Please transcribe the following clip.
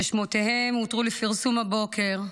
ששמותיהם הותרו לפרסום הבוקר,